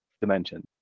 dimension